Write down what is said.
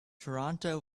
toronto